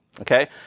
okay